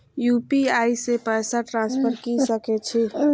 UPI से पैसा transfer की सके छी?